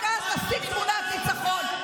רק אז נשיג תמונת ניצחון.